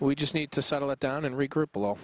we just need to settle it down and regroup blo